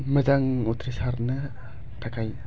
मोजां उथ्रिसारनो थाखाय